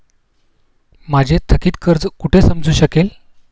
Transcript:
माझे थकीत कर्ज कुठे समजू शकेल?